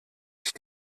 sich